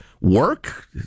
work